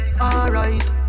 Alright